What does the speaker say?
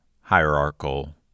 hierarchical